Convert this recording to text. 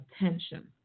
attention